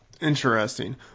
Interesting